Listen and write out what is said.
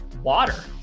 water